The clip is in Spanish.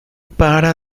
para